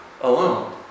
alone